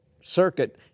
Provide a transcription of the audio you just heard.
circuit